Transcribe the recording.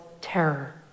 terror